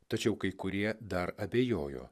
tačiau kai kurie dar abejojo